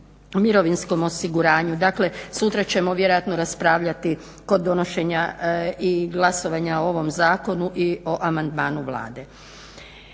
mirovinskom osiguranju. Dakle, sutra ćemo vjerojatno raspravljati kod donošenja i glasovanja o ovom zakonu i o amandmanu Vlade.